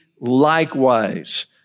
likewise